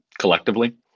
collectively